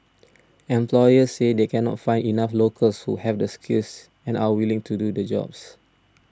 employers say they cannot find enough locals who have the skills and are willing to do the jobs